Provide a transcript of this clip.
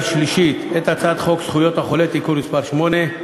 שלישית את הצעת חוק זכויות החולה (תיקון מס' 8),